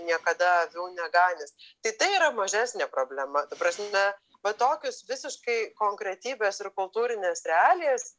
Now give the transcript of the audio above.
niekada neganęs tai tai yra mažesnė problema ta prasme va tokias visiškai konkretybes ir kultūrines realijas